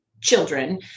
children